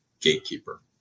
gatekeeper